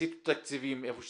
יסיתו תקציבים איפה שצריך,